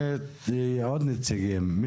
אני